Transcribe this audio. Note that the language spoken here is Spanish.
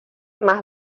más